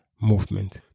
movement